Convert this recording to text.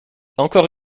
encore